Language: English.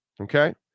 Okay